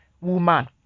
Woman